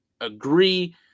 agree